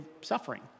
suffering